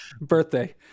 Birthday